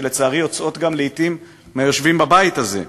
שלצערי יוצאות גם לעתים מהיושבים בבית הזה,